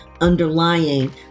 underlying